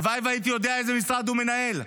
הלוואי שהייתי יודע איזה משרד הוא מנהל.